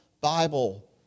Bible